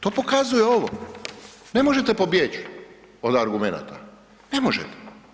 To pokazuje ovo, ne možete pobjeć od argumenata, ne možete.